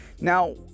now